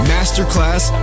Masterclass